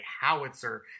howitzer